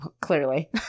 clearly